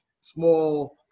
small